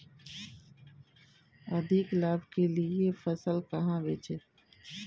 अधिक लाभ के लिए फसल कहाँ बेचें?